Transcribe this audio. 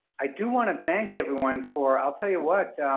i do want to thank everyone for, i'll tell you what,